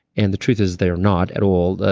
and the truth is they're not at all.